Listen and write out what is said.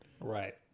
right